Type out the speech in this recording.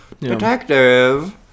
detective